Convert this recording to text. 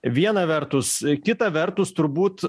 viena vertus kita vertus turbūt